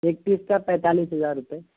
ایک پیس کا پینتالیس ہزار روپئے